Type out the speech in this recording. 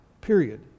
period